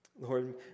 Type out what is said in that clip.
Lord